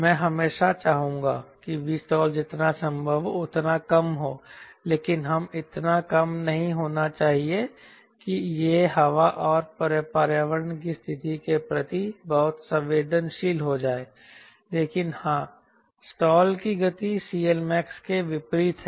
मैं हमेशा चाहूंगा कि Vstall जितना संभव हो उतना कम हो लेकिन यह इतना कम नहीं होना चाहिए कि यह हवा और पर्यावरण की स्थिति के प्रति बहुत संवेदनशील हो जाए लेकिन हां स्टाल की गति CLmax के विपरीत है